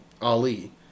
Ali